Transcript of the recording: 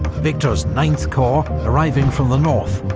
victor's ninth corps, arriving from the north,